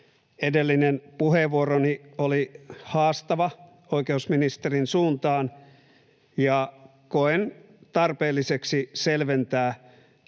Edellinen puheenvuoroni oli haastava oikeusministerin suuntaan, ja koen tarpeelliseksi selventää,